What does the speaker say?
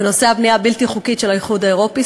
בנושא הבנייה הבלתי-חוקית של האיחוד האירופי,